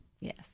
Yes